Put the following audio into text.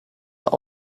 are